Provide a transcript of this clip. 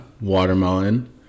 watermelon